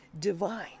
divine